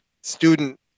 student